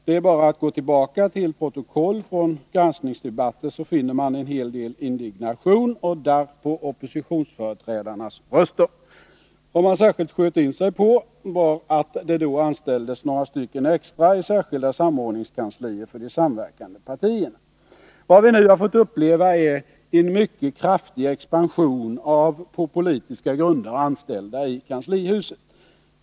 Det är bara att gå tillbaka till protokoll från granskningsdebatter, så finner man en hel del indignation och darr på oppositionsföreträdarnas röster. Vad man särskilt sköt in sig på var att det då anställdes några stycken extra i särskilda samordningskanslier för de samverkande partierna. Vad vi nu har fått uppleva är en mycket kraftig expansion av på politiska grunder anställda i kanslihuset.